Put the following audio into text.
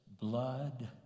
blood